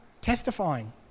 Testifying